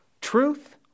truth